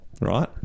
right